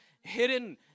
hidden